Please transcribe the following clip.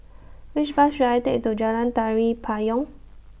Which Bus should I Take to Jalan Tari Payong